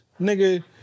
nigga